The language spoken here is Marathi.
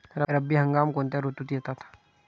रब्बी हंगाम कोणत्या ऋतूत येतात?